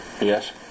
Yes